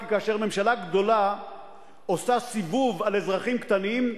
כי כאשר ממשלה גדולה עושה סיבוב על אזרחים קטנים,